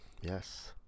Yes